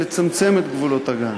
והוחלט לצמצם את גבולות הגן.